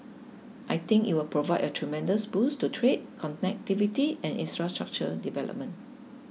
I think it will provide a tremendous boost to trade connectivity and infrastructure development